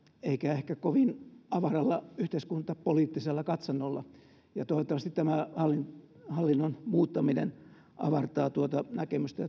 eikä ehkä kovin avaralla yhteiskuntapoliittisella katsannolla toivottavasti tämä hallinnon hallinnon muuttaminen avartaa tuota näkemystä